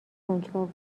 کنجکاو